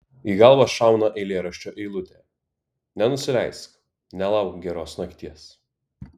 į galvą šauna eilėraščio eilutė nenusileisk nelauk geros nakties